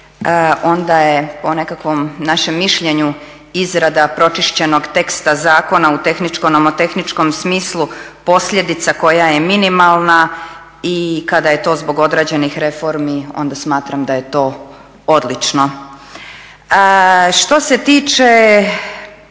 onda je po nekakvom našem mišljenju izrada pročišćenog teksta zakona u tehničko nomotehničkom smislu posljedica koja je minimalna i kada je to zbog odrađenih reformi, onda smatram da je to odlično. Što se tiče